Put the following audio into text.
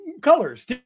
colors